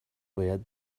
باید